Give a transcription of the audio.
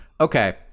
okay